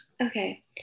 Okay